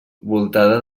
voltada